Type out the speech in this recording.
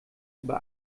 über